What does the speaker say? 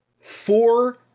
four